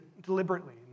deliberately